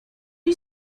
you